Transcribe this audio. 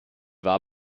war